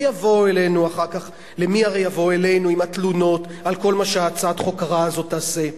ויבואו אלינו אחר כך עם התלונות על כל מה שהצעת החוק הרעה הזאת תעשה.